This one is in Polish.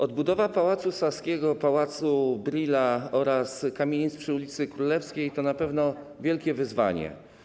Odbudowa Pałacu Saskiego, Pałacu Brühla oraz kamienic przy ul. Królewskiej to na pewno wielkie wyzwanie.